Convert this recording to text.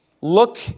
Look